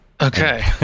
Okay